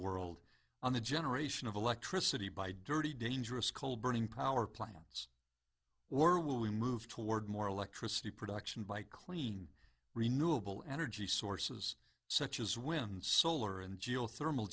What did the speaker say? world on the generation of electricity by dirty dangerous coal burning power plants or we move toward more electricity production by clean renewable energy sources such as wind solar and geothermal